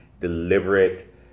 deliberate